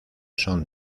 son